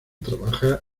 trabaja